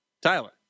Tyler